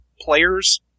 players